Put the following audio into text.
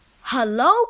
Hello